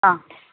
ஆ